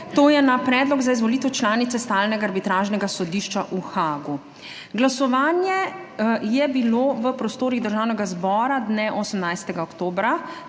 to je na predlog za izvolitev članice stalnega Arbitražnega sodišča v Haagu. Glasovanje je bilo v prostorih Državnega zbora dne 18. oktobra